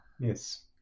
yes